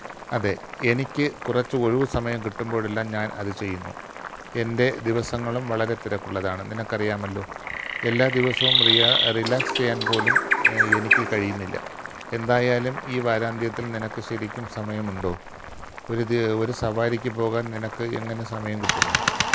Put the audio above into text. അതെ എനിക്ക് കുറച്ച് ഒഴിവു സമയം കിട്ടുമ്പോഴെല്ലാം ഞാൻ അത് ചെയ്യുന്നു എന്റെ ദിവസങ്ങളും വളരെ തിരക്കുള്ളതാണ് നിനക്കറിയാമല്ലോ എല്ലാ ദിവസവും റിയാ റിലാക്സ് ചെയ്യാൻ പോലും എനിക്ക് കഴിയുന്നില്ല എന്തായാലും ഈ വാരാന്ത്യത്തിൽ നിനക്ക് ശരിക്കും സമയമുണ്ടോ ഒരു ദി ഒരു സവാരിക്ക് പോകാൻ നിനക്ക് എങ്ങനെ സമയം കിട്ടുന്നു